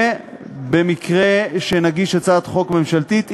ובמקרה שנגיש הצעת חוק ממשלתית,